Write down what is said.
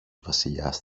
βασιλιάς